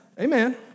Amen